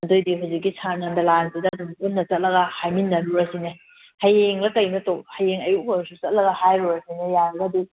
ꯑꯗꯨꯏꯗꯤ ꯍꯧꯖꯤꯛꯀꯤ ꯁꯥꯔ ꯅꯟꯗꯂꯥꯟꯁꯤꯗ ꯑꯗꯨꯝ ꯄꯨꯟꯅ ꯆꯠꯂꯒ ꯍꯥꯏꯃꯤꯟꯅꯔꯨꯔꯁꯤꯅꯦ ꯍꯌꯦꯡꯂ ꯀꯩꯅꯣ ꯍꯌꯦꯡ ꯑꯌꯨꯛ ꯑꯣꯏꯔꯁꯨ ꯆꯠꯂꯒ ꯍꯥꯏꯔꯨꯔꯁꯤꯅꯦ ꯌꯥꯔꯒꯗꯤ